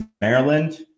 Maryland